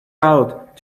out